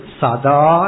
sada